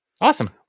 Awesome